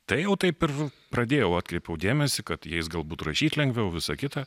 tai jau taip ir pradėjau atkreipiau dėmesį kad jais galbūt rašyt lengviau visa kita